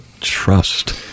trust